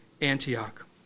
Antioch